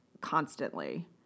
constantly